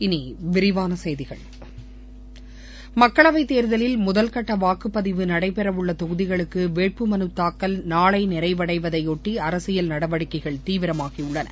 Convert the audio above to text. இனி விரிவான செய்திகள் மக்களவை தேர்தலில் முதல்கட்ட வாக்குப்பதிவு நடைபெறவுள்ள தொகுதிகளுக்கு வேட்புமனு தாக்கல் நாளை நிறைவடைவதையொட்டி அரசியல் நடவடிக்கைகள் தீவிரமாகியுள்ளன